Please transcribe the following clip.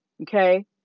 Okay